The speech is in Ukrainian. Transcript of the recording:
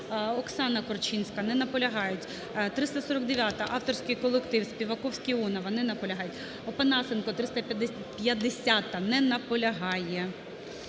Оксана Корчинська. Не наполягають. 349-а, авторський колектив Співаковський, Іонова. Не наполягають. Опанасенко, 350-а. Не наполягає.